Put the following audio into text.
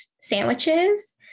sandwiches